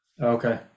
Okay